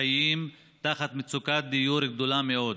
החיים במצוקת דיור גדולה מאוד,